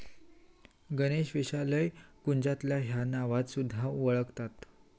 गणेशवेलाक कुंजलता ह्या नावान सुध्दा वोळखतत